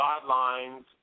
guidelines